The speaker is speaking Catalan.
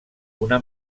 una